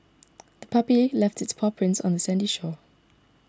the puppy left its paw prints on the sandy shore